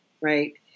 Right